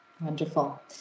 Wonderful